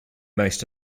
most